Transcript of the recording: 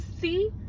see